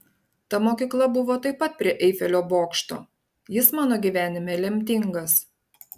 ta mokykla buvo taip pat prie eifelio bokšto jis mano gyvenime lemtingas